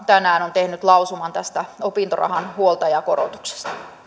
tänään tehnyt lausuman tästä opintorahan huoltajakorotuksen